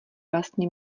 vlastně